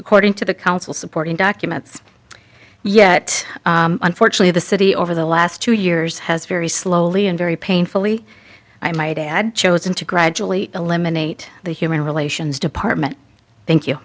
according to the council supporting documents yet unfortunately the city over the last two years has very slowly and very painfully i might add chosen to gradually eliminate the human relations department thank you